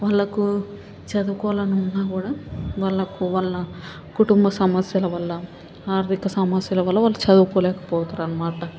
వాళ్ళకు చదువుకోవాలని ఉన్న కూడా వాళ్ళకు వాళ్ళ కుటుంబ సమస్యల వల్ల ఆర్థిక సమస్యల వల్ల వాళ్ళు చదువుకోలేకపోతున్నారు అనమాట